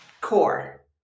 core